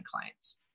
clients